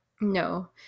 No